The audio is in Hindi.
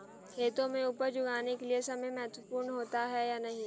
खेतों में उपज उगाने के लिये समय महत्वपूर्ण होता है या नहीं?